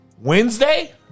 Wednesday